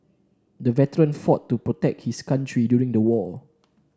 the veteran fought to protect his country during the war